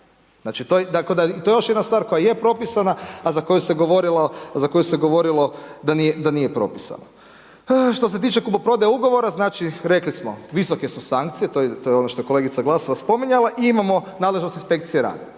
rade. To je još jedna stvar koja je propisana a za koju se govorilo da nije propisana. Što se tiče kupoprodaje ugovora, znači rekli smo visoke su sankcije to je ono što je kolegica Glasovac spominjala i imamo nadležnost inspekcije rada.